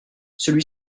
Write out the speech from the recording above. celui